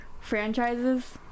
franchises